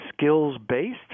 skills-based